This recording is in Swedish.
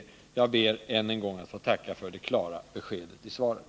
Jag ber än en gång att få tacka för det klara beskedet i svaret.